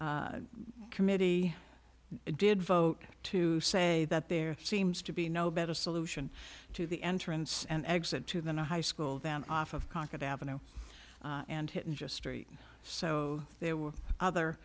the committee did vote to say that there seems to be no better solution to the entrance and exit to than a high school then off of concord avenue and hitting just street so there were other